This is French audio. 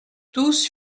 tous